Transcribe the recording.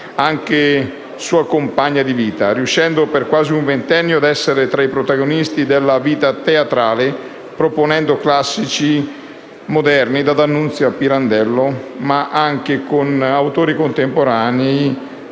anche sua compagna di vita, riuscendo per quasi un ventennio a essere tra i protagonisti della vita teatrale, proponendo classici moderni, da D'Annunzio a Pirandello, ma anche autori contemporanei